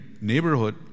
neighborhood